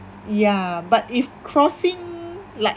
ya but if crossing like